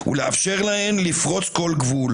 " ולאפשר להם לפרוץ כל גבול.